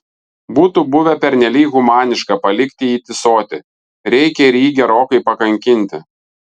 būtų buvę pernelyg humaniška palikti jį tįsoti reikia ir jį gerokai pakankinti